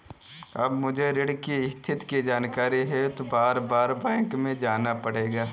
अब मुझे ऋण की स्थिति की जानकारी हेतु बारबार बैंक नहीं जाना पड़ेगा